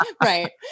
Right